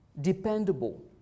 dependable